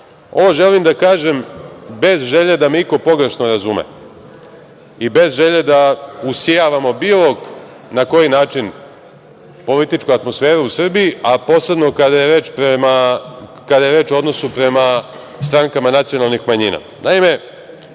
želim da kažem bez želje da me iko pogrešno razume i bez želje da usijavamo na bilo koji način političku atmosferu u Srbiji, a posebno je reč o odnosu prema strankama nacionalnih manjina. Naime,